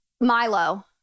Milo